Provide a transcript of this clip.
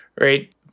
right